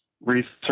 research